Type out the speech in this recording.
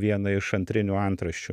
vieną iš antrinių antraščių